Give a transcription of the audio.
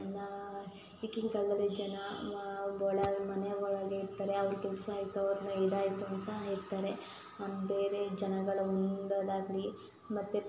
ನಾ ಈಗಿನ ಕಾಲದಲ್ಲಿ ಜನ ಮಾ ಒಳಗೆ ಮನೆಯೊಳಗೇ ಇರ್ತಾರೆ ಅವ್ರ ಕೆಲಸ ಆಯಿತು ಅವ್ರ ಇದಾಯಿತು ಅಂತ ಇರ್ತಾರೆ ಬೇರೆ ಜನಗಳು ಆಗಲಿ ಮತ್ತು